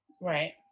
Right